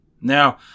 Now